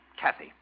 Kathy